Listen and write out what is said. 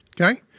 Okay